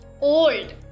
old